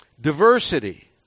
Diversity